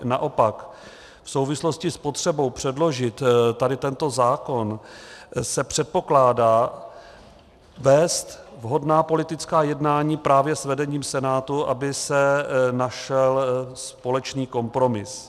Naopak v souvislosti s potřebou předložit tento zákon se předpokládá vést vhodná politická jednání právě s vedením Senátu, aby se našel společný kompromis.